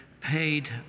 paid